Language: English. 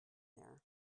there